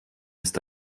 ist